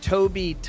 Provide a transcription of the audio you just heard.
Toby